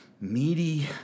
meaty